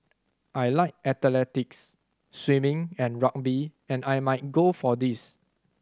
I like athletics swimming and rugby and I might go for these